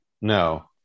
No